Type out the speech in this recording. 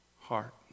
heart